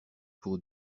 pour